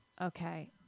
Okay